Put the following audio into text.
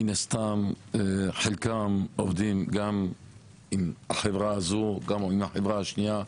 מן הסתם חלקם עובדים גם עם החברה הזו וגם עם החברה השנייה.